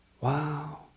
Wow